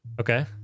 okay